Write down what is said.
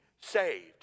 saved